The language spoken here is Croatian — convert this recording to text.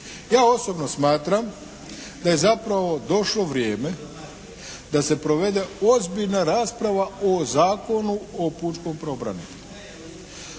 Ja osobno smatram da je zapravo došlo vrijeme da se provede ozbiljna rasprava o Zakonu o pučkom pravobranitelju.